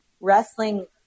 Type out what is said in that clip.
wrestling